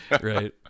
right